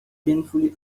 painfully